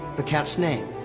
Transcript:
the cat's name.